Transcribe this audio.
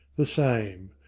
the same.